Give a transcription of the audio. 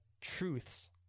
truths